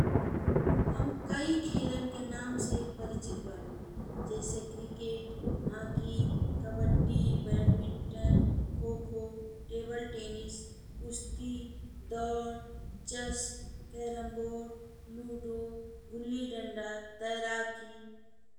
हम कई खेलन के नाम से परिचित बा जइसन cricket, hockey, kabaddi, badminton, kho kho, table tennis, कुश्ती, दौड़, chess, carrom board, ludo, gulli danda, तैराकी।